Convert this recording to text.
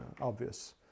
obvious